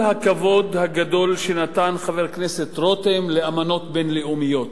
הכבוד הגדול שנתן חבר הכנסת רותם לאמנות בין-לאומיות.